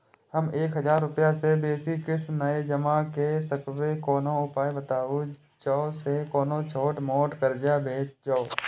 हम एक हजार रूपया से बेसी किस्त नय जमा के सकबे कोनो उपाय बताबु जै से कोनो छोट मोट कर्जा भे जै?